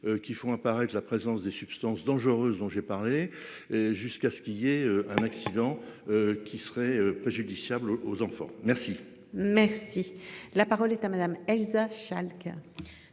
qui font apparaître la présence des substances dangereuses, dont j'ai parlé. Jusqu'à ce qu'il y ait un accident. Qui serait préjudiciable aux enfants. Merci. Merci la parole est à madame Elsa Schalke.